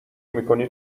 میکنی